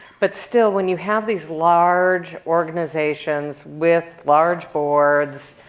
but still when you have these large organizations with large boards,